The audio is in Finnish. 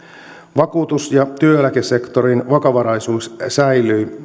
vakuutus ja työeläkesektorin vakavaraisuus säilyi